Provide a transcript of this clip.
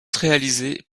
réalisés